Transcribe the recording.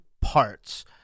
parts